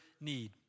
need